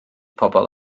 pobl